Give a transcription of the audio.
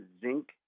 zinc